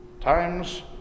Times